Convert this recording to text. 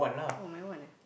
oh my one ah